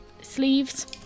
sleeves